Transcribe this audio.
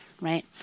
Right